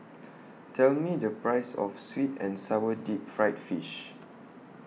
Tell Me The Price of Sweet and Sour Deep Fried Fish